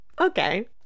okay